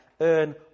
earn